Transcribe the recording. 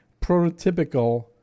prototypical